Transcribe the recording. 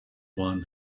one